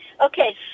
Okay